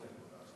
גברתי